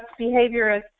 behaviorists